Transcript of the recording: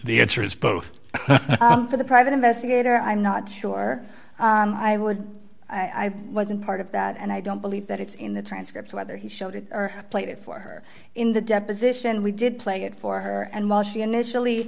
the answer is both for the private investigator i'm not sure i would i wasn't part of that and i don't believe that it's in the transcript whether he showed it or played it for her in the deposition we did play it for her and while she initially